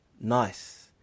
Nice